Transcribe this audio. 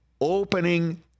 opening